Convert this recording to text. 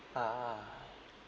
ah